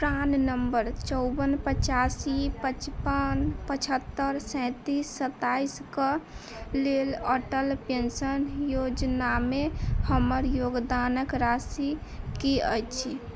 प्राण number चौअन पचासी पचपन पचहत्तर सैंतीस सताईस कऽ लेल अटल पेंशन योजनामे हमर योगदानके राशि की अछि